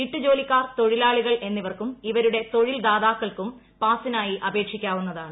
വീട്ടുജോലിക്കാർ തൊഴിലാളികൾ എന്നിവർക്കും ഇവരുടെ തൊഴിൽ ദാതാക്കൾക്കും പാസിനായി അപേക്ഷിക്കാ വുന്നതാണ്